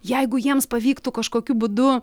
jeigu jiems pavyktų kažkokiu būdu